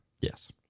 Yes